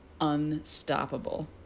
Unstoppable